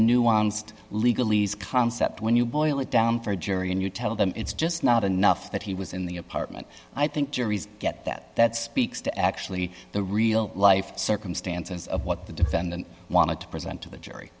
nuanced legal ease concept when you boil it down for a jury and you tell them it's just not enough that he was in the apartment i think juries get that that speaks to actually the real life circumstances of what the defendant wanted to present to the jury